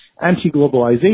anti-globalization